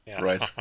Right